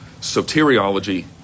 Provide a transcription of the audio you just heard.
soteriology